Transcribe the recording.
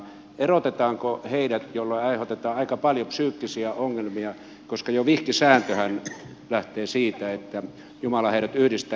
erotetaanko heidät jolloin aiheutetaan aika paljon psyykkisiä ongelmia koska jo vihkisääntöhän lähtee siitä että jumala heidät yhdistää